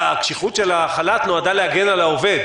הקשיחות של החל"ת דווקא נועדה להגן על העובד,